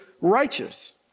righteous